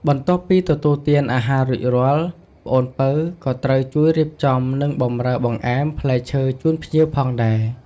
បន្ទាប់ពីទទួលទានអាហាររួចរាល់ ប្អូនពៅក៏ត្រូវជួយរៀបចំ និង បម្រើបង្អែមផ្លែឈើជូនភ្ញៀវផងដែរ។